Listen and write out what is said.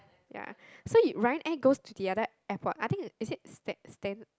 ya so you Ryanair goes to the other airport I think it's is it Stan Stan